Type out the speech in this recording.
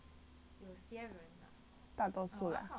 大多数 lah